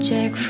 Jack